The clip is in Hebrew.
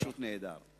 פשוט נהדר.